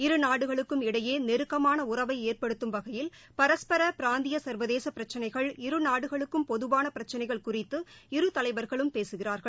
இரு நாடுகளுக்கும் இடையே நெருக்கமான உறவை ஏற்படுத்தும் வகையில் பரஸ்பர பிராந்திய சள்வதேச பிரச்சனைகள் இரு நாடுகளுக்கும் பொதுவான பிரச்சனைகள் குறித்து இரு தலைவர்களும் பேசுகிறார்கள்